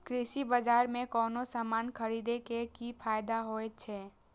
कृषि बाजार में कोनो सामान खरीदे के कि फायदा होयत छै?